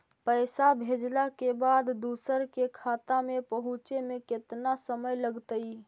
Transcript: पैसा भेजला के बाद दुसर के खाता में पहुँचे में केतना समय लगतइ?